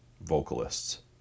vocalists